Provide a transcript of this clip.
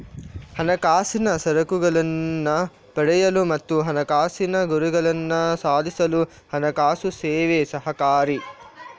ಹಣಕಾಸಿನ ಸರಕುಗಳನ್ನ ಪಡೆಯಲು ಮತ್ತು ಹಣಕಾಸಿನ ಗುರಿಗಳನ್ನ ಸಾಧಿಸಲು ಹಣಕಾಸು ಸೇವೆ ಸಹಕಾರಿ